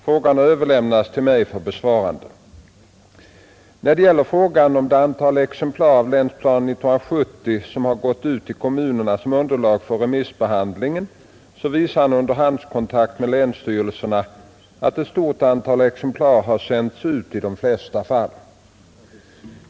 Frågan har överlämnats till mig för besvarande, När det gäller frågan om det antal exemplar av Länsprogram 1970 som har gått ut till kommunerna som underlag för remissbehandlingen visar en underhandskontakt med länsstyrelserna, att ett stort antal exemplar har sänts ut i de flesta fall.